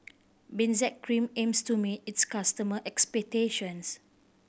Benzac Cream aims to meet its customer' expectations